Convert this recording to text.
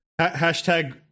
Hashtag